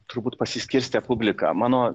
turbūt pasiskirstę publika mano